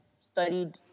studied